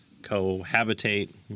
cohabitate